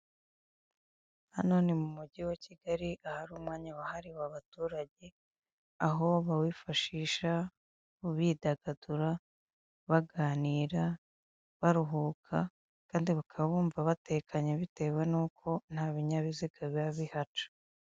Hano ni mugi wa Kigali ahari umwanya wahariwe abaturage aho bawifashisha bidagadura, baganira, baruhuka kandi bakaba bumva batekanye bitewe nuko nta binyabiziga biba bihaca.